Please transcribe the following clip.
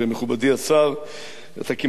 אתה כמעט היחידי שנמצא פה,